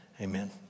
Amen